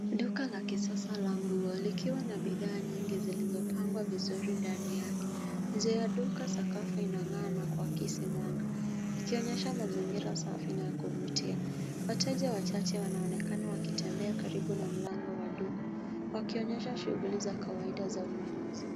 Duka la kisasa la nguo, likiwa na bidhaa nyingi zilizopangwa vizuri ndani yake. Nje ya duka sakafu inang'aa na kuakisimwaga, ikionyesha mazingira safi na ya kuvutia. Wateja wachache wanaonekana wakitembea karibu na mlango wa duka, wakionyesha shughuli za kawaida za ununuzi.